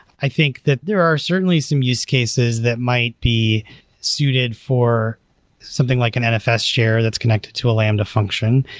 i think that there are certainly some use cases that might be suited for something like an nfs chair that's connected to a lambda function.